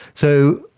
so,